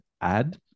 add